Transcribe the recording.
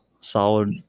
solid